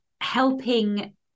helping